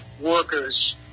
workers